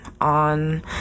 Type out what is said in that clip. on